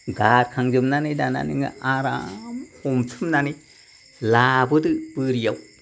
गारखांजोबनानै दाना नोङो आराम हमथुमनानै लाबोदो बोरियाव